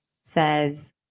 says